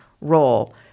role